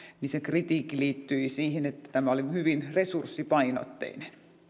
niin se kritiikki liittyi siihen että tämä oli hyvin resurssipainotteinen